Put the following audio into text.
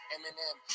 Eminem